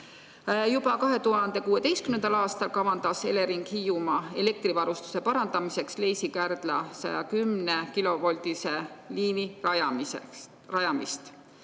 Juba 2016. aastal kavandas Elering Hiiumaa elektrivarustuse parandamiseks Leisi–Kärdla 110-kilovoldise